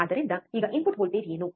ಆದ್ದರಿಂದ ಈಗ input voltage ಏನು